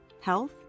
health